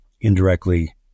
indirectly